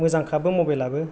मोजांखाबो मबाइलाबो